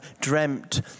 dreamt